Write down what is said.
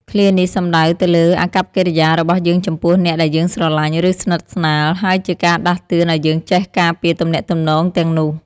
ឃ្លានេះសំដៅទៅលើអាកប្បកិរិយារបស់យើងចំពោះអ្នកដែលយើងស្រឡាញ់ ឬស្និទ្ធស្នាល ហើយជាការដាស់តឿនឲ្យយើងចេះការពារទំនាក់ទំនងទាំងនោះ។